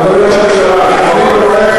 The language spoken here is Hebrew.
עדיין מקום ראשון אדוני ראש הממשלה,